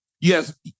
Yes